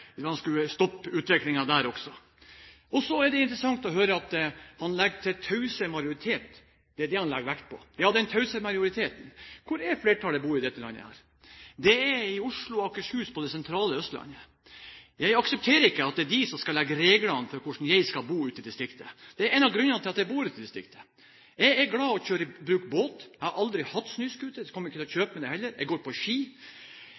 man skulle stoppe utviklingen der også. Og så er det interessant å høre at han legger vekt på den tause majoritet. Ja, når det gjelder den tause majoriteten: Hvor er det flertallet i dette landet bor? Det er i Oslo og Akershus, på det sentrale Østlandet. Jeg aksepterer ikke at det er de som skal lage reglene for hvordan jeg skal bo ute i distriktet. Det er grunner til at jeg bor i distriktet. Jeg er glad i å kjøre båt, jeg har aldri hatt snøscooter og kommer ikke til å kjøpe det heller, og jeg går på ski.